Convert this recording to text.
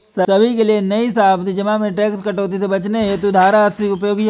सभी के लिए नई सावधि जमा में टैक्स कटौती से बचने हेतु धारा अस्सी सी उपयोगी है